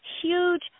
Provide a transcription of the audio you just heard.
huge